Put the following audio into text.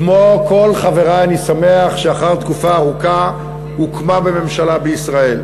כמו כל חברי אני שמח שאחר תקופה ארוכה הוקמה ממשלה בישראל,